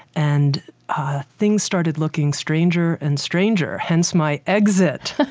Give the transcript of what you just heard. and things started looking stranger and stranger, hence my exit